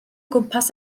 gwmpas